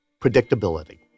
predictability